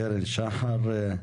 קרן שחר,